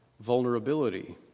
vulnerability